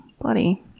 bloody